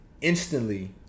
instantly